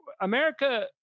America